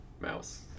mouse